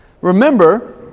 Remember